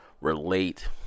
relate